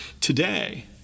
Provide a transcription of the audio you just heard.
today